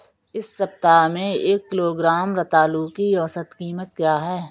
इस सप्ताह में एक किलोग्राम रतालू की औसत कीमत क्या है?